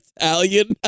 Italian